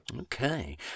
okay